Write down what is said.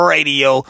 Radio